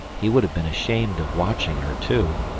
he would have been ashamed of watching her too,